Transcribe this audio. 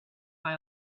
buy